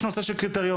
יש נושא של קריטריונים.